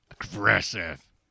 Aggressive